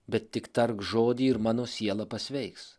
bet tik tark žodį ir mano siela pasveiks